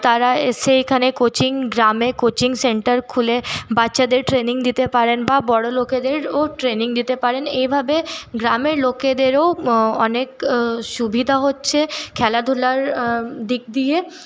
তারপর তাঁরা সেখানে কোচিং গ্রামে কোচিং সেন্টারে খুলে বাচ্চাদের ট্রেনিং দিতে পারেন বা বড়োলোকেদের ট্রেনিং দিতে পারেন এইভাবে গ্রামের লোকেদের অনেক সুবিধা হচ্ছে খেলাধুলার দিক দিয়ে